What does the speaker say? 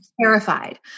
terrified